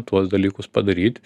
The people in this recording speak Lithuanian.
tuos dalykus padaryt